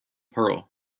pearl